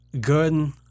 Good